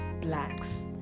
blacks